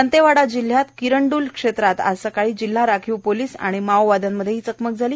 दंतेवाडा जिल्ह्यात किरणडूल क्षेत्रात आज सकाळी जिल्हा राखीव पोलीस आणि माओवाद्यांमध्ये ही चकमक झाली